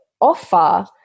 offer